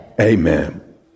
amen